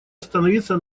остановиться